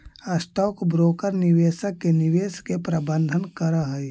stock broker निवेशक के निवेश के प्रबंधन करऽ हई